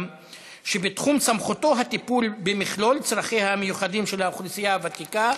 שבתחום סמכותו הטיפול במכלול צרכיה המיוחדים של האוכלוסייה הוותיקה: